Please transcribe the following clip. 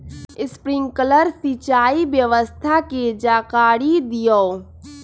Sprinkler सिंचाई व्यवस्था के जाकारी दिऔ?